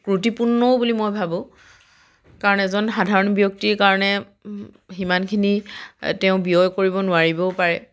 ত্ৰুটিপূৰ্ণও বুলি মই ভাবোঁ কাৰণ এজন সাধাৰণ ব্যক্তিৰ কাৰণে সিমানখিনি তেওঁ ব্যয় কৰিব নোৱাৰিবও পাৰে